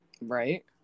Right